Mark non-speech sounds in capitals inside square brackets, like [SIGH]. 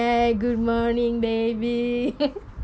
!hey! good morning baby [LAUGHS]